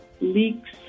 leaks